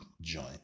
join